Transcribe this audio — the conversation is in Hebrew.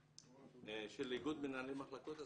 אתה